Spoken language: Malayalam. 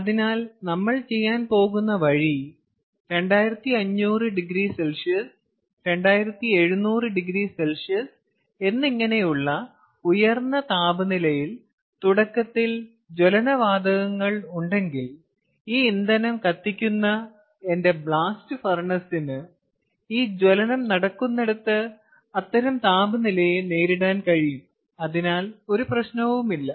അതിനാൽ നമ്മൾ ചെയ്യാൻ പോകുന്ന വഴി 2500oC 2700oC എന്നിങ്ങനെയുള്ള ഉയർന്ന താപനിലയിൽ തുടക്കത്തിൽ ജ്വലന വാതകങ്ങൾ ഉണ്ടെങ്കിൽ ഈ ഇന്ധനം കത്തിക്കുന്ന എന്റെ ബ്ലാസ്റ്റ് ഫർണസ്സിനു ഈ ജ്വലനം നടക്കുന്നിടത്ത് അത്തരം താപനിലയെ നേരിടാൻ കഴിയും അതിനാൽ ഒരു പ്രശ്നവുമില്ല